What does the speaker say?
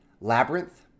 Labyrinth